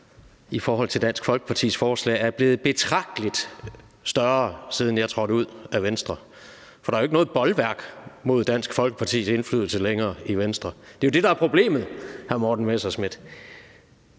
i forhold til Dansk Folkepartis forslag er blevet betragtelig større, siden jeg trådte ud af Venstre, for der er jo ikke noget bolværk mod Dansk Folkepartis indflydelse længere i Venstre. Det er jo det, der er problemet, hr. Morten Messerschmidt.